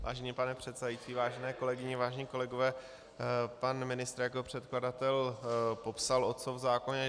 Vážený pane předsedající, vážené kolegyně, vážení kolegové, pan ministr jako předkladatel popsal, o co v zákoně jde.